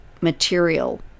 material